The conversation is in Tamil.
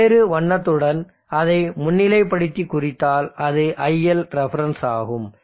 எனவே வேறு வண்ணத்துடன் அதை முன்னிலைப்படுத்தி குறித்தால் அது iLref ஆகும்